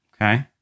Okay